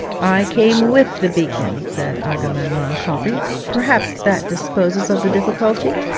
i came with the beacon said agamemnon, coughing perhaps that disposes of the difficulty